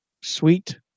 sweet